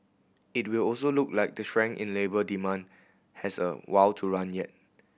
it will also look like the strength in labour demand has a while to run yet